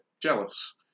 jealous